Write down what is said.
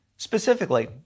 Specifically